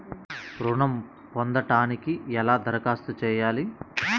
ఋణం పొందటానికి ఎలా దరఖాస్తు చేయాలి?